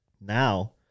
Now